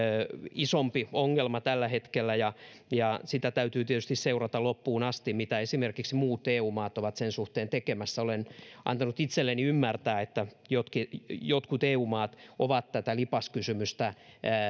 isompi ongelma tällä hetkellä ja ja sitä täytyy tietysti seurata loppuun asti mitä esimerkiksi muut eu maat ovat sen suhteen tekemässä olen antanut itselleni ymmärtää että jotkut jotkut eu maat ovat tätä lipaskysymystä